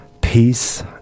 peace